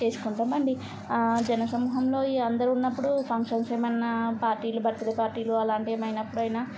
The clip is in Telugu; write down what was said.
చేసుకుంటామండి ఆ జనసమూహంలో ఈ అందరు ఉన్నప్పుడు ఫంక్షన్స్ ఏమన్నా పార్టీలు బర్త్డే పార్టీలు అలాంటివి ఏమైనా ఎప్పుడైనా